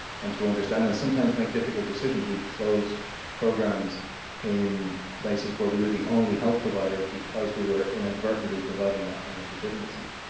and to understand and sometimes make difficult decisions. we've closed programs in places where we were the only health provider because we were inadvertently providing that kind of legitimacy.